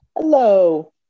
Hello